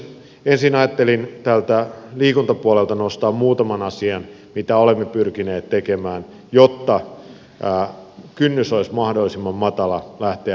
ensin ajattelin tältä liikuntapuolelta nostaa muutaman asian mitä olemme pyrkineet tekemään jotta kynnys olisi mahdollisimman matala lähteä liikkeelle